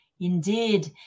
Indeed